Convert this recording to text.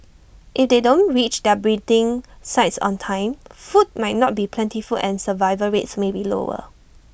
if they don't reach their breeding sites on time food might not be plentiful and survival rates may be lower